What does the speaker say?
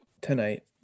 Tonight